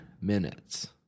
minutes